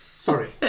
Sorry